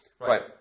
Right